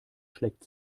schlägt